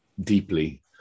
deeply